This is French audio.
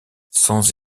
sans